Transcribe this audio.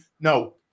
No